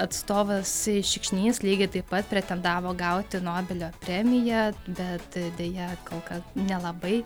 atstovas šikšnys lygiai taip pat pretendavo gauti nobelio premiją bet deja kol kas nelabai